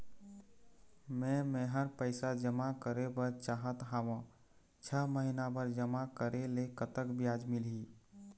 मे मेहर पैसा जमा करें बर चाहत हाव, छह महिना बर जमा करे ले कतक ब्याज मिलही?